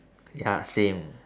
ya same